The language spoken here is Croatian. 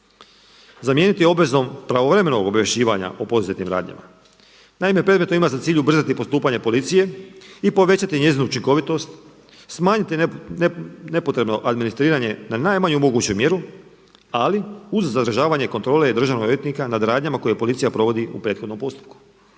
zamijeniti obaveznom pravovremenog obavješćivanja o poduzetim radnjama. Naime, predmetno imati za cilj ubrzati postupanje policije i povećati njezinu učinkovitost, smanjiti nepotrebno administriranje na najmanju moguću mjeru ali uz zadržavanje kontrole državnog odvjetnika nad radnjama koje policija provodi u prethodnom postupku,